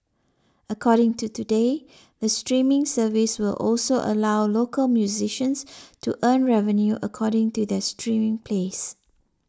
according to today the streaming service will also allow local musicians to earn revenue according to their streaming plays